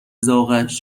ذائقهاش